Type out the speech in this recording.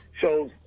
shows